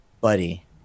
buddy